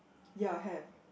ya have